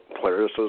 Players